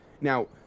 now